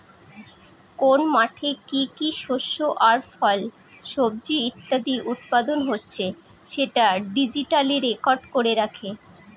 কোন মাঠে কি কি শস্য আর ফল, সবজি ইত্যাদি উৎপাদন হচ্ছে সেটা ডিজিটালি রেকর্ড করে রাখে